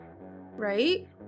Right